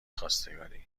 خواستگاری